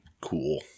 Cool